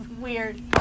weird